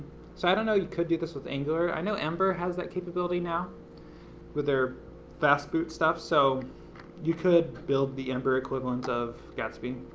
so i don't know if you could do this with angular. i know ember has that capability now with their fast boot stuff, so you could build the ember equivalent of gatsby